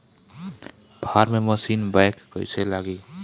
Form machine back कईसे लागी?